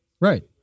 Right